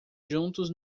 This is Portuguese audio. juntos